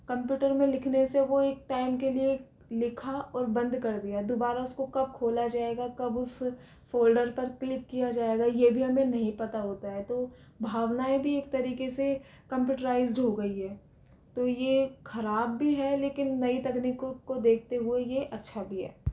computer में लिखने से वह एक टाइम के लिए लिखा और बंद कर दिया दोबारा उसको कब खोला जाएगा कब उस फ़ोल्डर पर क्लिक किया जाएगा यह भी हमें नहीं पता होता है तो भावनाएँ भी एक तरीके से कम्प्यूटराइज्ड हो गई है तो ये ख़राब भी है लेकीन नई तकनीकों को देखते हुए ये अच्छा भी है